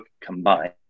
combined